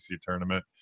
tournament